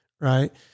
right